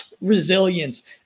resilience